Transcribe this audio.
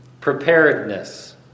preparedness